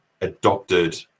adopted